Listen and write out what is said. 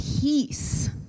peace